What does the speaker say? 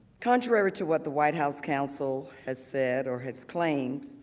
contrary to what the white house counsel has said or has claimed,